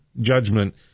judgment